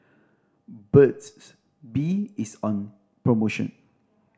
Burt's Bee is on promotion